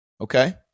Okay